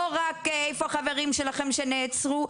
לא רק איפה החברים שלכם שנעצרו?